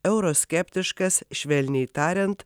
euroskeptiškas švelniai tariant